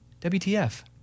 WTF